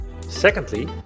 secondly